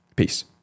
Peace